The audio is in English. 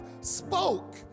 spoke